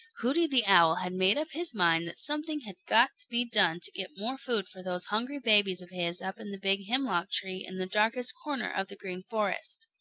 hooty the owl had made up his mind that something had got to be done to get more food for those hungry babies of his up in the big hemlock-tree in the darkest corner of the green forest.